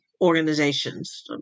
organizations